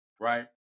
right